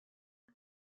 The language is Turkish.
çok